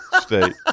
state